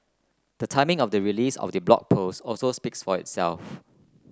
the timing of the release of the Blog Post also speaks for itself